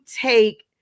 take